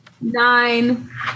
Nine